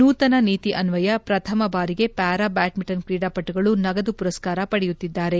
ನೂತನ ನೀತಿ ಅನ್ವಯ ಪ್ರಥಮ ಬಾರಿಗೆ ಪ್ಚಾರಾ ಬ್ಹಾಡ್ಗಿಂಟನ್ ಕ್ರೀಡಾಪಟುಗಳು ನಗದು ಪುರಸ್ತಾರ ಪಡೆಯುತ್ತಿದ್ದಾರೆ